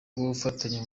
gufatanya